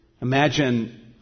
Imagine